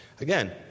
Again